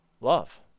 love